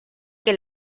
que